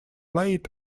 laid